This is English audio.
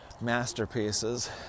masterpieces